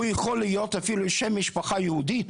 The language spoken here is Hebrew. הוא יכול להיות אפילו שם משפחה יהודי,